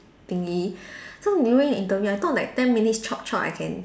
thingy so during interview I thought like ten minute chop chop I can